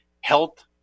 health